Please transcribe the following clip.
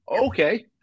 Okay